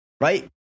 Right